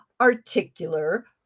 articular